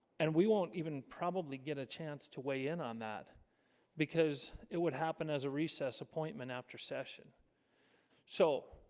and we won't even probably get a chance to weigh in on that because it would happen as a recess appointment after session so